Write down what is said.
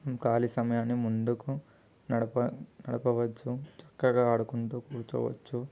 ఖాళీ సమయాన్ని ముందుకు నడప నడపవచ్చు చక్కగా ఆడుకుంటూ కూర్చోవచ్చు